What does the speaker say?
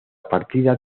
partida